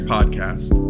Podcast